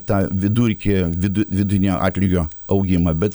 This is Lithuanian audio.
tą vidurkį vidu viduinio atlygio augimą bet